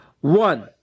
One